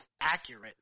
accurate